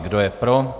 Kdo je pro?